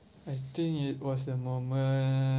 I think it was the moment